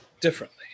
differently